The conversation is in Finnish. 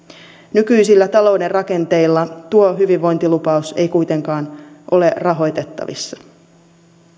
nykyisillä talouden rakenteilla tuo hyvinvointilupaus ei kuitenkaan ole rahoitettavissa